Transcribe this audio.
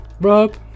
Rob